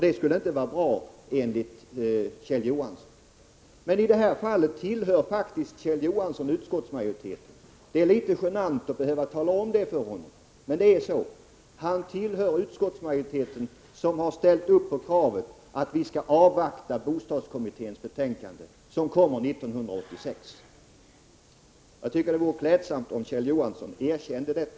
— Det skulle inte vara bra, enligt Kjell Johansson. Men i det här fallet tillhör faktiskt Kjell Johansson utskottsmajoriteten. Det är litet genant att behöva tala om det för honom, men det är så: Han tillhör utskottsmajoriteten, som har ställt upp på kravet att regeringen skall avvakta bostadskommitténs betänkande, som kommer att läggas fram 1986. Jag tycker att det vore klädsamt om Kjell Johansson erkände detta.